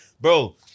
bro